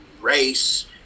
race